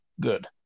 good